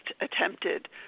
attempted